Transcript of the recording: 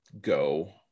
go